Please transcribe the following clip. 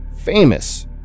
famous